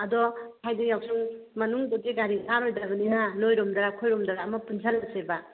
ꯑꯗꯣ ꯍꯥꯏꯗꯤ ꯌꯥꯎꯁꯪ ꯃꯅꯨꯡꯗꯗꯤ ꯒꯥꯔꯤ ꯊꯥꯔꯣꯏꯗꯕꯅꯤꯅ ꯅꯣꯏꯔꯣꯝꯗꯔꯥ ꯑꯩꯈꯣꯏꯔꯣꯝꯗꯔꯥ ꯑꯃ ꯄꯨꯟꯁꯟꯂꯁꯦꯕ